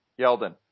Yeldon